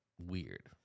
weird